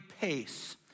pace